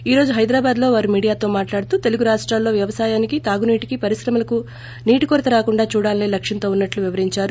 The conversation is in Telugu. ఈ రోజు హైదరాబాద్లో వారు మీడియాతో మాట్లాడుతూ తెలుగు రాష్టాల్లో వ్యవసాయానికి తాగునీటికి పరిశ్రమలకు నీటి కొరత రాకుండా చూడాలసే లక్కంతో ఉన్నట్లు వివరించారు